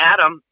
Adam